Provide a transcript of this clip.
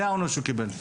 זה העונש שהוא קיבל.